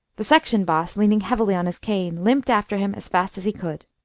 the section boss, leaning heavily on his cane, limped after him as fast as he could.